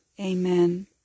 Amen